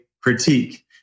critique